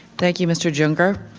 thank you, mr. junger.